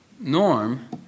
norm